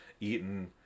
eaten